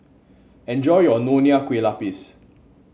enjoy your Nonya Kueh Lapis